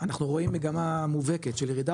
אנחנו רואים מגמה מובהקת של ירידה,